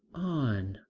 on,